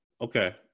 Okay